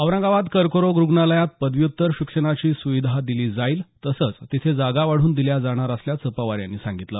औरंगाबाद कर्करोग रुग्णालयात पदव्युत्तर शिक्षणाची सुविधी दिली जाईल तसंच तिथे जागा वाढवून दिल्या जाणार असल्याचं पवार यांनी सांगितलं